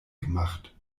gemacht